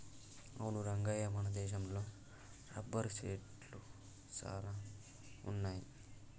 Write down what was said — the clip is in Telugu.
అవును రంగయ్య మన దేశంలో రబ్బరు సెట్లు సాన వున్నాయి